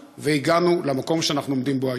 והגענו למקום שאנחנו עומדים בו היום.